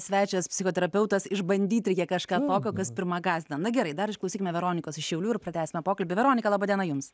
svečias psichoterapeutas išbandyt reikia kažką tokio kas pirma gąsdina na gerai dar išklausykime veronikos iš šiaulių ir pratęsime pokalbį veronika laba diena jums